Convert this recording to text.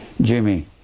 Jimmy